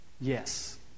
Yes